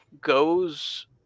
goes